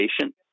patient